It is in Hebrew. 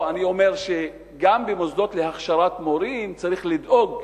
אני אומר שגם במוסדות להכשרת מורים צריך לדאוג